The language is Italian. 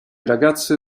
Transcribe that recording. ragazze